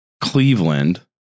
Cleveland